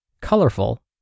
colorful